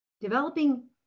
Developing